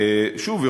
שוב,